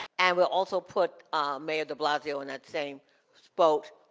and we'll also put mayor de blasio in that same boat.